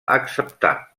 acceptar